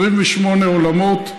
28 עולמות.